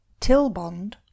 Tilbond